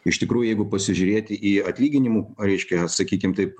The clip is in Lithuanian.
iš tikrųjų jeigu pasižiūrėti į atlyginimų reiškia sakykim taip